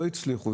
לא הצליחו.